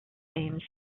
names